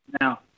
Now